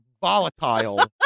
volatile